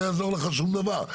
לא יעזור לך שום דבר,